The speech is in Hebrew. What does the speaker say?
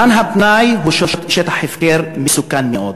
פנאי הוא שטח הפקר מסוכן מאוד.